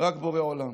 רק בורא עולם